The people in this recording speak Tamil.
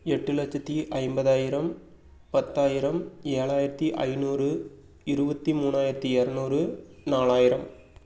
எட்டு லட்சத்தி ஐம்பதாயிரம் பத்தாயிரம் ஏழாயிரத்தி ஐந்நூறு இருபத்தி மூணாயிரத்தி இரநூறு நாலாயிரம்